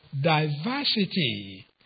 diversity